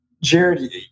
Jared